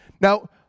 Now